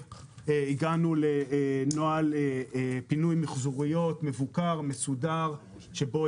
הגענו לנוהל פינוי מיחזוריות מבוקר ומסודר שבו